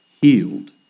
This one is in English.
healed